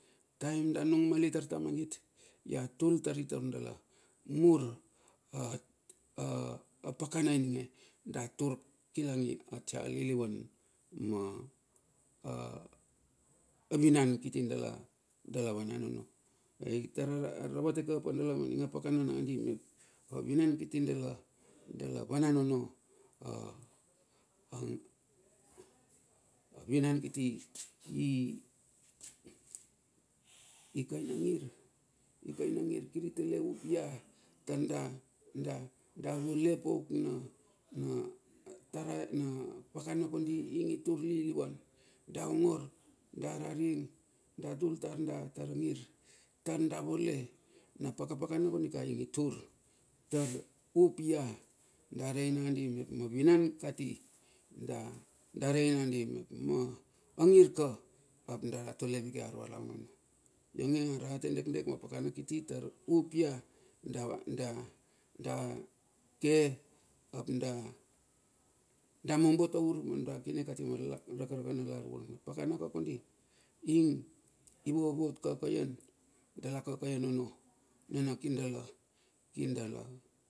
Taem da nung mali tar mangit, ia tul tari taur dala, mur a at apakana ininge da tur kilangi atia lilivan ma a vinan kiti dala, dala vanan ono. Ai tara ra vate kapa dala maning a pakana nandi mep, avinan kiti dala vanan ono. a avinan kiti ikaina ngir. Ikana ngir kiri tale up ia tar da, da davole pauk na, na tarae napakana kondi ing i tur lilivan, da ongor, da araring, da tul tar da tara ngir. Tar da vole na paka pakana kondika ingi tur tar upia, dare i nandi mep ma vinan kati da rei nandi mep ma ngir ka da tole vake ar valaun ono. Iongeng arate dekdek ma pakana kiti tar u up ia, da ke ap da mombo taur manunda kine kati ma rakaraka na gunagunan. Pakana ka kondi ivovot kakaian. Dala kakaian ono na kir dala, kir dala.